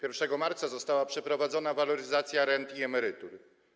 1 marca została przeprowadzona waloryzacja rent i emerytur.